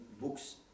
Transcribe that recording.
books